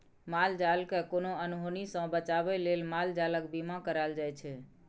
माल जालकेँ कोनो अनहोनी सँ बचाबै लेल माल जालक बीमा कराएल जाइ छै